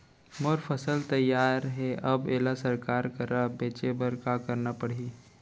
मोर फसल तैयार हे अब येला सरकार करा बेचे बर का करना पड़ही?